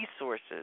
resources